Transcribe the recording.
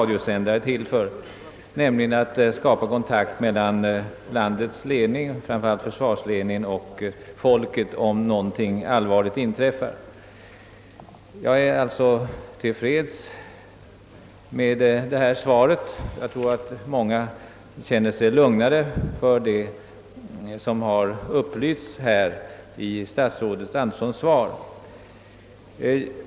Sändarna är ju till för att, om något allvarligt inträffar, skapa kontakt mellan framför allt försvarsledningen i landet och folket, och sådana avbrott kan därför bli allvarliga. Jag är till freds med det svar jag fått och tror också att många känner sig lugnade efter vad som här har upplysts i statsrådet Anderssons svar.